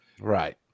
Right